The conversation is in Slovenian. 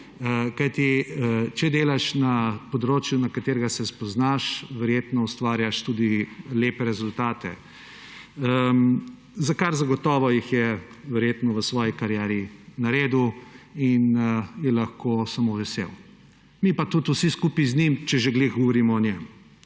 Kajti, če delaš na področju, na katerega se spoznaš, verjetno ustvarjaš tudi lepe rezultate, za kar zagotovo jih je verjetno v svoji karieri naredil in je lahko samo vesel. Mi pa tudi vsi skupaj z njim, če že ravno govorimo o njem.